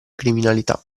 criminalità